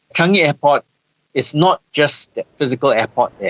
changi airport is not just a physical airport,